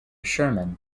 sherman